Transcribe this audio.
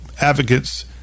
advocates